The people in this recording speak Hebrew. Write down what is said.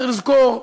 צריך לזכור: